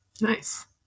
Nice